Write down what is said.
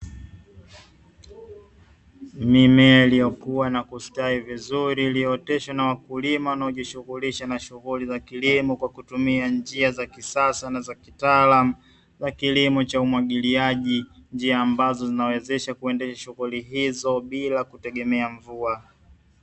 Mimea iliyokua na kustawi vizuri iliyooteshwa na wakulima wanaojishughulisha na shughuli za kilimo kwa kutumia njia za kisasa na za kitaalamu, za kilimo cha umwagiliaji njia ambazo zinawezesha kuendesha shughuli hizo bila kutegemea mvua.